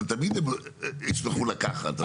זאת אומרת תמיד הם ישמחו לקחת.